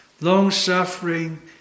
long-suffering